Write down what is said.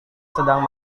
sedang